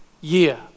year